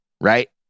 right